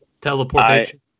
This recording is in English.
teleportation